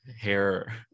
hair